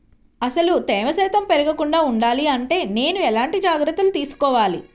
అసలు తేమ శాతం పెరగకుండా వుండాలి అంటే నేను ఎలాంటి జాగ్రత్తలు తీసుకోవాలి?